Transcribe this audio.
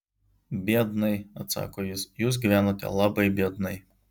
biednai atsako jis jūs gyvenote labai biednai